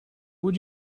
would